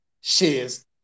shares